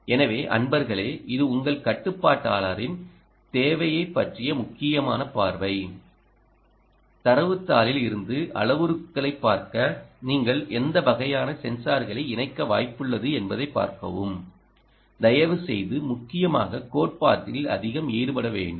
எனவே அன்பர்களே இது உங்கள் கட்டுப்பாட்டாளரின் தேவையைப் பற்றிய முக்கியமான பார்வை தரவுத் தாளில் இருந்து அளவுருக்களைப் பார்க்க நீங்கள் எந்த வகையான சென்சார்களை இணைக்க வாய்ப்புள்ளது என்பதைப் பார்க்கவும் தயவுசெய்து முக்கியமாக கோட்பாட்டில் அதிகம் ஈடுபட வேண்டாம்